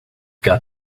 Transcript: got